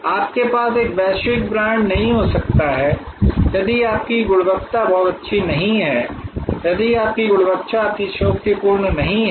आपके पास एक वैश्विक ब्रांड नहीं हो सकता है यदि आपकी गुणवत्ता बहुत अच्छी नहीं है यदि आपकी गुणवत्ता अतिशयोक्तिपूर्ण नहीं है